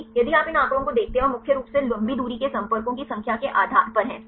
यदि आप इन आंकड़ों को देखते हैं और मुख्य रूप से लंबी दूरी के संपर्कों की संख्या के आधार पर हैं सही